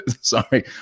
Sorry